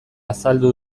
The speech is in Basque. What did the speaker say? azaldu